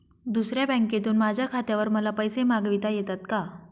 दुसऱ्या बँकेतून माझ्या खात्यावर मला पैसे मागविता येतात का?